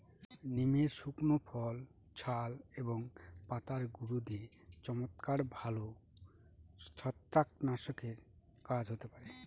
নিমের শুকনো ফল, ছাল এবং পাতার গুঁড়ো দিয়ে চমৎকার ভালো ছত্রাকনাশকের কাজ হতে পারে